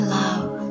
love